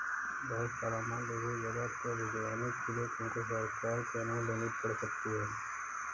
बहुत सारा माल दूसरी जगह पर भिजवाने के लिए तुमको सरकार की अनुमति लेनी पड़ सकती है